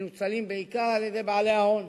ומנוצלים בעיקר על-ידי בעלי ההון,